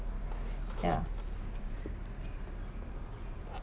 ya